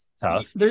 tough